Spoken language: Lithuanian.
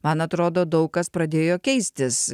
man atrodo daug kas pradėjo keistis